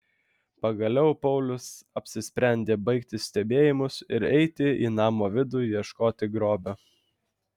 pagaliau paulius apsisprendė baigti stebėjimus ir eiti į namo vidų ieškoti grobio